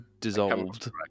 Dissolved